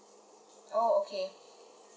oh okay